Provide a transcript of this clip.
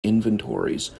inventories